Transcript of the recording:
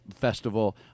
festival